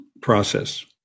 process